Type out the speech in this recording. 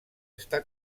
està